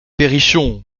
perrichon